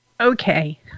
Okay